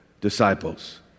disciples